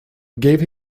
gave